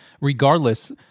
Regardless